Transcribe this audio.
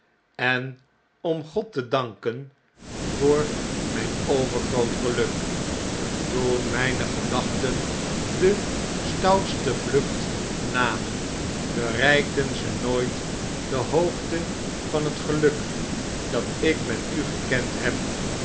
en om god te danken voor mijn overgroot geluk toen mijne gedachten de stoutste vlucht namen bereikten ze nooit de hoogte van het geluk dat ik met u gekend heb